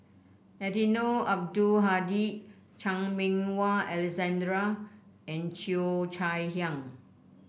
Eddino Abdul Hadi Chan Meng Wah Alexander and Cheo Chai Hiang